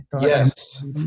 yes